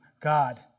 God